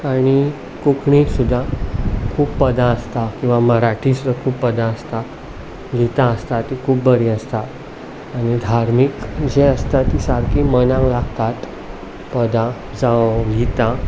आनी कोंकणी सुद्दां खूब पदां आसता किंवां मराठी सुद्दां खूब पदां आसता गितां आसता तीं खूब बरीं आसता आनी धार्मीक जीं आसता तीं सारकीं मनाक लागतात पदां जावं गितां